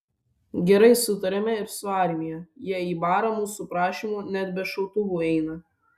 gerai sutariame ir su armija jie į barą mūsų prašymu net be šautuvų eina